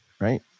right